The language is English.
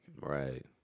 Right